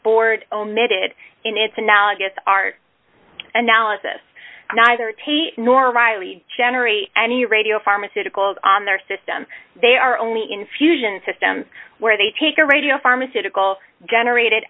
board omitted in its analogous art and now is this neither tate nor riley generate any radio pharmaceuticals on their system they are only infusion systems where they take a radio pharmaceutical generated